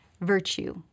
virtue